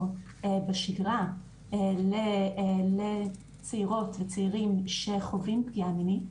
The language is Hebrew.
בשגרה לצעירות וצעירים שחווים פגיעה מינית.